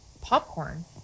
popcorn